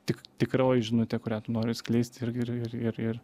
tik tikroji žinutė kurią tu nori skleist ir ir ir ir ir